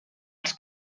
els